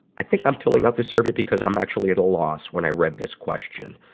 i think i'm filling out this survey because i'm actually at a loss when i read this question.